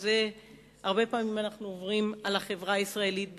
ואת זה אנחנו אומרים על החברה הישראלית,